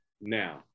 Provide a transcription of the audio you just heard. Now